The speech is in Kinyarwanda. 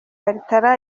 bartra